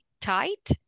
tight